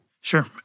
Sure